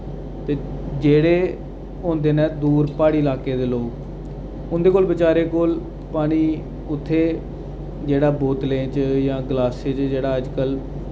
ते जेह्ड़े होंदे न दूर प्हाड़ी इलाके दे लोक उं'दे कोल बचारे कोल पानी उत्थै जेह्ड़ा बोतलें च जां ग्लासें च जेह्ड़ा अजकल